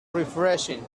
refreshing